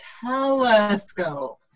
telescope